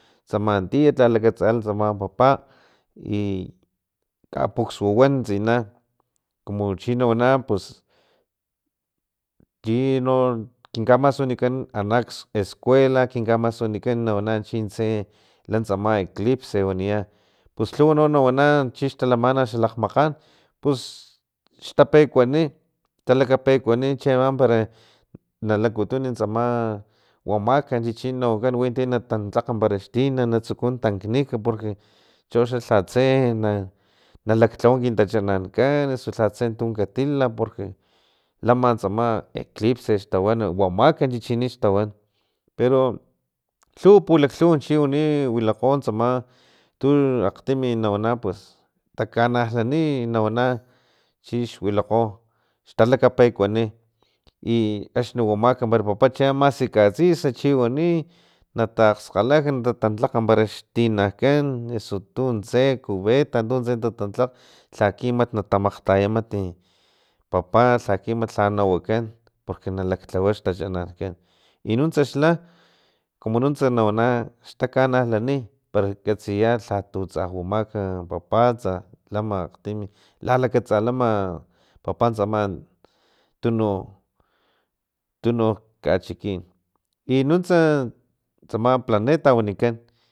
Tsama tiyatlalakatsala tsama papa i kapuxu wan tsina kumu chino nawana pus tino kin kamasuniyan wanikan ana escuela kin kamasunikan nawana chintse la tsama eclipse waniya pus lhuwa no nawana chix talamana xalakmakgan ous xtapekuani talakapekuani chiama pero na lakutun tsama wamak chichini nawakan winti tatlak pero xtina na tsuku tanknik porque choxa lhatse na nalaklhawa kin tachanankan osu lhatse tun katila porque lama tsama eclipse xtawan wamak chichini xtawan pero lhuw pulaklhuw chiwani wilakgotsama tu akgtimi nawana pus takanalani nawana chix wilakgo xtalakapekuani axni wamak papa chiama maski katsis chiwani natakgskgalaj natatlakpara xtinakan osu tuntse cubeta tunse tatatlak laki mat na tamakgtaya papa laki lhanawakan porque nalaklhawa xtachanalatkan i nuntsa xa como nuntsa nawana xtakanalani para katsiya lhatsa wamak papa tsa lama akgtim lalakatsalama papa tsama tununk tununk kachikin i nuntsa tsama planeta wanikan